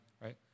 right